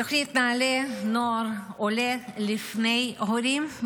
תוכנית נעל"ה, נוער עולה לפני הורים.